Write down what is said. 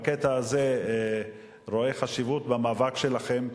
בקטע הזה חשיבות במאבק שלכן,